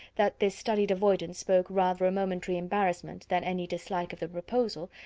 that this studied avoidance spoke rather a momentary embarrassment than any dislike of the proposal,